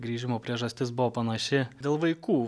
grįžimo priežastis buvo panaši dėl vaikų